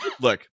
look